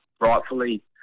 rightfully